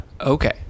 Okay